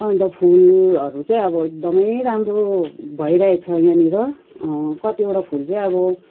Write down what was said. अन्त फुलहरू चाहिँ अब एकदमै राम्रो भइरहेछ यहाँनिर कतिवटा फुल चाहिँ अब